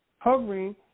Hovering